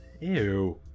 Ew